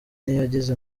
ntiyagize